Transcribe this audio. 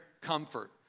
comfort